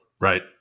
Right